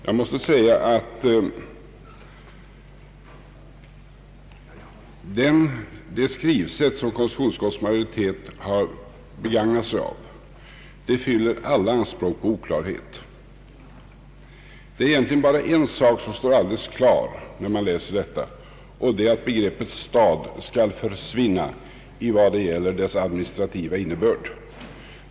Jag måste säga att det skrivsätt som konstitutionsutskottets majoritet har begagnat sig av fyller alla anspråk på oklarhet. Det är egentligen bara en sak som står alldeles klar när man läser detta, och det är att begreppet stad skall försvinna i vad gäller dess administrativa innebörd.